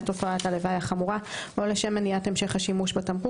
תופעת הלוואי החמורה או לשם מניעת המשך השימוש בתמרוק,